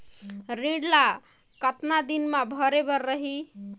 ऋण ला कतना दिन मा भरे बर रही?